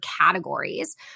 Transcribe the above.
categories